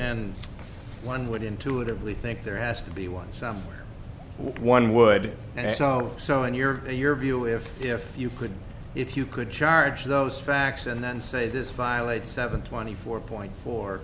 and one would intuitively think there has to be one somewhere one would you know so in your view your view if if if you could if you could charge those facts and then say this violates seven twenty four point four